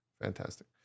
fantastic